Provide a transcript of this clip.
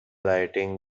lighting